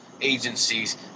agencies